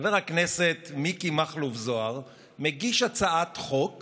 חבר הכנסת מיקי מכלוף זוהר מגיש הצעת חוק